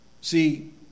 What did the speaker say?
See